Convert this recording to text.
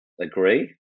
agree